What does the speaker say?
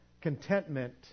Contentment